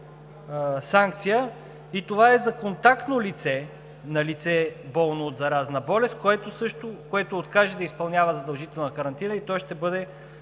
санкция и това е за контактно лице на лице, болно от заразна болест, което откаже да изпълнява задължителна карантина и то ще бъде